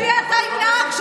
לך תהיה אתה עם נהג של